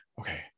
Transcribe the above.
okay